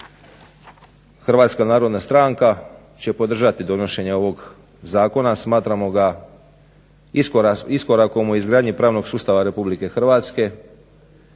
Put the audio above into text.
Hrvatska narodna stranka će podržati donošenje ovog zakona. Smatramo ga iskorakom u izgradnji pravnog sustava RH, iskorakom